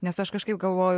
nes aš kažkaip galvoju